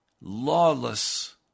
lawless